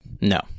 No